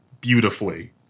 beautifully